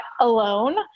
alone